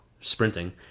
sprinting